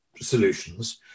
solutions